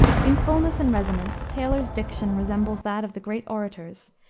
in fullness and resonance, taylor's diction resembles that of the great orators,